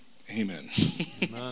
Amen